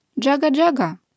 Jaga-jaga